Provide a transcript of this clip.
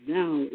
now